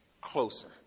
closer